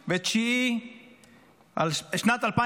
יועצת של הח"כים, עם כל הכבוד.